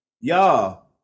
Y'all